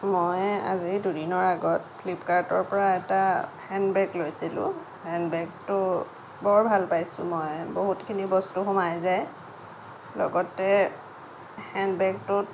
মই আজি দুদিনৰ আগত ফ্লিপকাৰ্টৰ পৰা এটা হেণ্ড বেগ লৈছিলোঁ হেণ্ড বেগটো বৰ ভাল পাইছোঁ মই বহুতখিনি বস্তু সোমাই যায় লগতে হেণ্ড বেগটোত